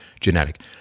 genetic